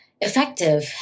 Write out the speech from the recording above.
effective